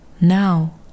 Now